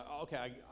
okay